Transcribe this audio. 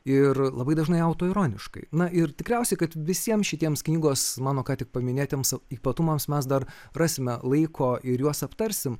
ir labai dažnai autoironiškai na ir tikriausiai kad visiems šitiems knygos mano ką tik paminėtiems ypatumams mes dar rasime laiko ir juos aptarsim